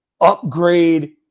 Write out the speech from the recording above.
upgrade